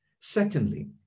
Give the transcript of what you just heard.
Secondly